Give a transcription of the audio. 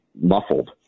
muffled